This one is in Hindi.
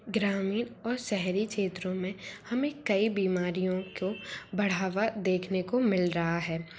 ग्रामीण और शहरी क्षेत्रों में हमें कई बीमारियों को बढ़ावा देखने को मिल रहा है